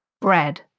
bread